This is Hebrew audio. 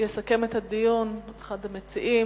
יסכם את הדיון אחד המציעים,